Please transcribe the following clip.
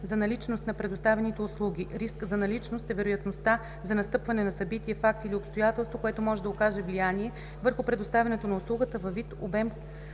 за наличност на предоставяните услуги. Риск за наличност е вероятността за настъпване на събитие, факт или обстоятелство, което може да окаже влияние върху предоставянето на услугата във вид, обем,